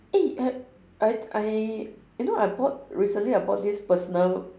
eh I I I you know I bought recently I bought this personal